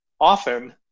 often